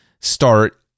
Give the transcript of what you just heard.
start